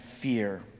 fear